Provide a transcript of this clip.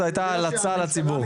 זו הייתה המלצה לציבור.